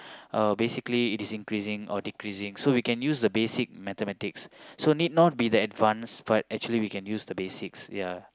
uh basically it is increasing or decreasing so we can use the basic mathematics so need not be the advanced but actually we can use the basics ya